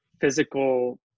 physical